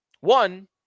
One